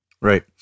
Right